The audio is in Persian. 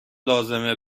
لازمه